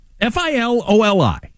F-I-L-O-L-I